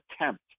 attempt